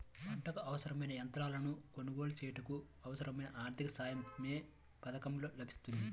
పంటకు అవసరమైన యంత్రాలను కొనగోలు చేయుటకు, అవసరమైన ఆర్థిక సాయం యే పథకంలో లభిస్తుంది?